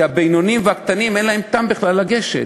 כי לבינוניים ולקטנים אין טעם בכלל לגשת,